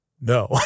No